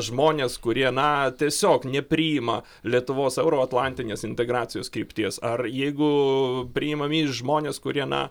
žmonės kurie na tiesiog nepriima lietuvos euroatlantinės integracijos krypties ar jeigu priimami žmonės kurie na